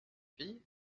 fille